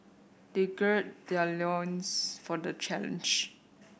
they gird their loins for the challenge